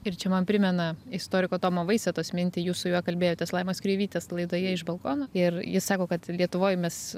ir čia man primena istoriko tomo vaisetos mintį jūs su juo kalbėjotės laimos kreivytės laidoje iš balkono ir jis sako kad lietuvoj mes